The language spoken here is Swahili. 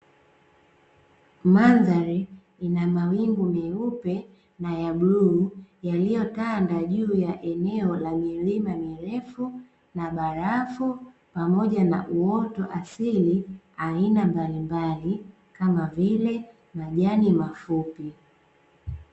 Mandhari ina mawingu meupe na ya bluu, yaliyotanda juu ya eneo la milima mirefu na barafu pamoja na uoto asili aina mbalimbali, kama vile; majani mafupi.